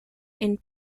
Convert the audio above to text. and